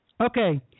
Okay